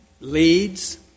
leads